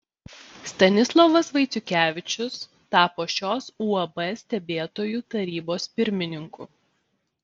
stanislovas vaiciukevičius tapo šios uab stebėtojų tarybos pirmininku